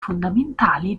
fondamentali